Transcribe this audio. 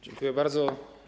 Dziękuję bardzo.